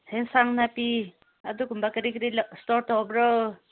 ꯌꯦꯟꯁꯥꯡ ꯅꯥꯄꯤ ꯑꯗꯨꯒꯨꯝꯕ ꯀꯔꯤ ꯀꯔꯤ ꯏꯁꯇꯣꯔ ꯇꯧꯕ꯭ꯔꯣ